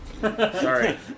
Sorry